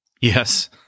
Yes